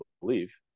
believe